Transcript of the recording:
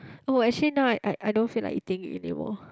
oh actually now I I don't feel like eating it anymore